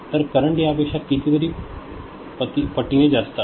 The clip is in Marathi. तर करंट यापेक्षा कितीतरी पटीने जास्त आहे